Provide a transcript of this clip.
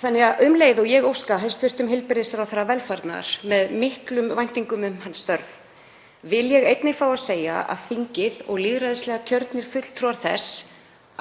Þannig að um leið og ég óska hæstv. heilbrigðisráðherra velfarnaðar með miklum væntingum um störf hans vil ég einnig fá að segja að þingið og lýðræðislega kjörnir fulltrúar þess